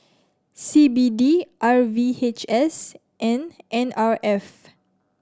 C B D R V H S and N R F